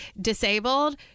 disabled